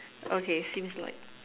okay seems like